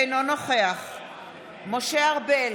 אינו נוכח משה ארבל,